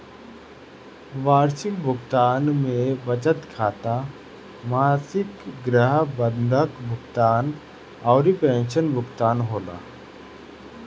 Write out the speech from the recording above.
वार्षिकी भुगतान में बचत खाता, मासिक गृह बंधक भुगतान अउरी पेंशन भुगतान होला